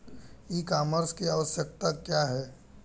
ई कॉमर्स की आवशयक्ता क्या है?